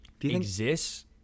exists